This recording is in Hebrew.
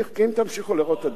כי אם תמשיכו לראות את הדברים,